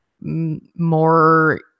more